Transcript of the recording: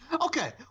Okay